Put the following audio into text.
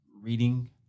reading